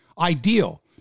ideal